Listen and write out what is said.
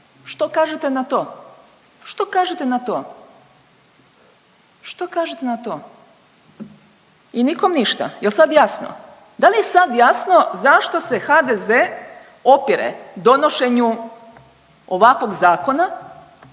Što kažete na to? Što kažete na to? Što kažete na to? I nikom ništa. Jel sad jasno? Da li je sad jasno zašto se HDZ opire donošenju ovakvog zakona